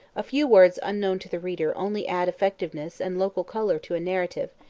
a few words unknown to the reader only add effectiveness and local colour to a narrative,